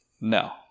No